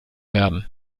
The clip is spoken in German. werden